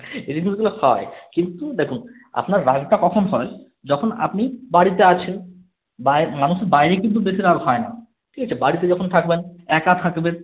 এই জিনিসগুলো হয় কিন্তু দেখুন আপনার রাগটা কখন হয় যখন আপনি বাড়িতে আছেন বাইরে মানুষের বাইরে কিন্তু বেশি রাগ হয় না ঠিক আছে বাড়িতে যখন থাকবেন একা থাকবেন